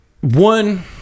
one